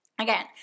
again